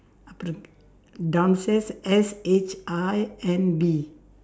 up~ downstairs S H I N B